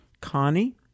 connie